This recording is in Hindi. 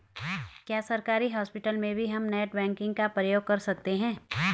क्या सरकारी हॉस्पिटल में भी हम नेट बैंकिंग का प्रयोग कर सकते हैं?